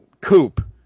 coupe